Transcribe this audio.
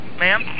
ma'am